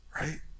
Right